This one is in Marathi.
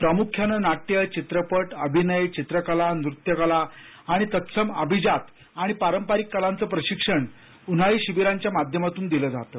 प्रामुख्यानं नाट्य चित्रपट अभिनय चित्रकला नृत्यकला आणि तत्सम अभिजात आणि पारंपरिक कलांचं प्रशिक्षण उन्हाळी शिबिरांच्या माध्यमातून दिल जातं